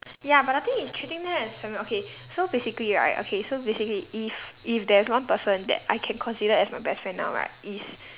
ya but the thing is treating them as fami~ okay so basically right okay so basically if if there is one person that I can consider as my best friend now right is